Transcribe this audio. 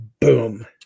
Boom